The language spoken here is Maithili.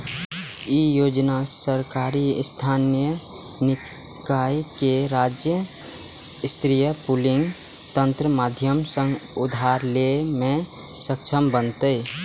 ई योजना शहरी स्थानीय निकाय कें राज्य स्तरीय पूलिंग तंत्रक माध्यम सं उधार लै मे सक्षम बनेतै